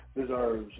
Deserves